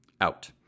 out